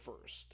first